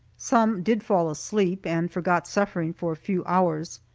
some did fall asleep, and forgot suffering for a few hours.